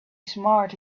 smart